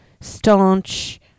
staunch